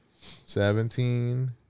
Seventeen